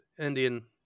Indian